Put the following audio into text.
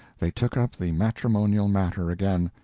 they took up the matrimonial matter again.